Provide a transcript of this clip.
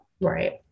Right